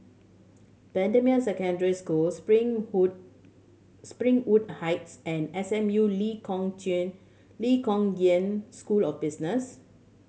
Bendemeer Secondary School Spring hood Springwood Heights and S M U Lee Kong Chian Lee Kong Yan School of Business